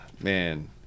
man